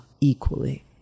equally